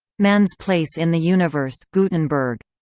man's place in the universe gutenberg.